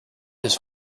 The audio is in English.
his